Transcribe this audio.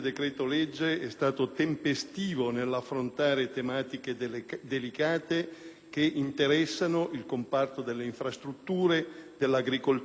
che interessano il comparto delle infrastrutture, dell'agricoltura, della pesca professionale, dell'autotrasporto e della protezione civile.